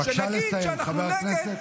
בבקשה לסיים, חבר הכנסת.